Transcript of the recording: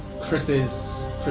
Chris's